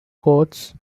courts